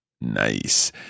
Nice